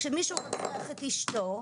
כשמישהו רצח את אשתו,